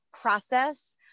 process